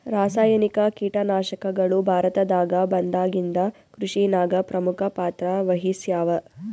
ರಾಸಾಯನಿಕ ಕೀಟನಾಶಕಗಳು ಭಾರತದಾಗ ಬಂದಾಗಿಂದ ಕೃಷಿನಾಗ ಪ್ರಮುಖ ಪಾತ್ರ ವಹಿಸ್ಯಾವ